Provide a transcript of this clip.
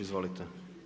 Izvolite.